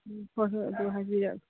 ꯍꯣꯏ ꯍꯣꯏ ꯑꯗꯨ ꯍꯥꯏꯕꯤꯔꯛꯑꯣ